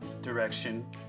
direction